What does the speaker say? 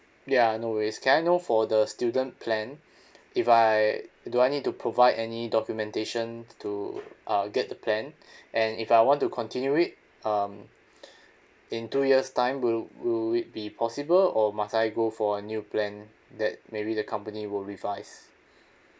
ya no worries can I know for the student plan if I do I need to provide any documentation to uh get the plan and if I want to continue it um in two years time will will it be possible or must I go for a new plan that maybe the company will revise